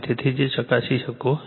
તેથી તે ચકાસી શકો છો